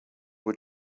were